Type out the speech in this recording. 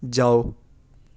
جاؤ